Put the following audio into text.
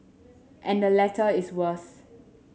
and the latter is worse